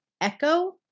echo